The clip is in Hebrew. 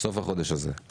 סוף החודש הזה.